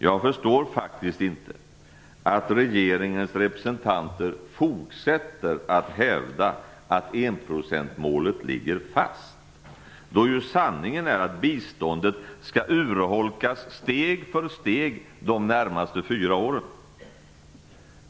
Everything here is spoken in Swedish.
Jag förstår faktiskt inte att regeringens representanter fortsätter att hävda att enprocentsmålet ligger fast, då ju sanningen är att biståndet skall urholkas steg för steg de närmaste fyra åren.